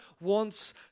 wants